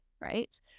right